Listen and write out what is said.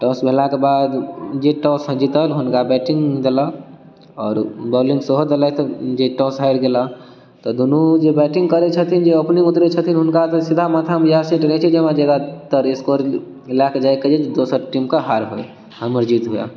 toss भेलाके बाद जे टॉस जीतल हुनका बैटिंग देलक आओर बॉलिंग सेहो देलैथ जे टॉस हारि गेलाह तऽ दुनू जे बैटिंग करै छथिन जे ओपेंनिंग उतरै छथिन हुनका तऽ सीधा माथा मे इएह सेट रहै छै जे हमरा जादातर स्कोर लए कऽ जाय कऽ यऽ जे दोसर टीम के हार होइ हमर जीत हुए